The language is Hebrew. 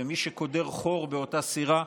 ומי שקודח חור באותה סירה,